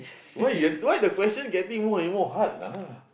why the why the question getting more and more hard lah